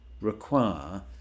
require